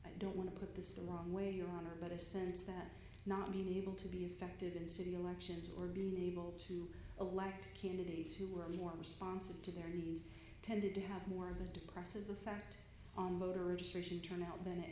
i don't want to put this a long way your honor but a sense that not being able to be effective in city elections or being able to elect candidates who are more responsive to their needs tended to have more of a depressive effect on voter registration turnout than it